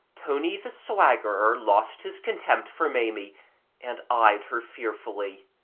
tony, the swaggerer, lost his contempt for maimie and eyed her fearfully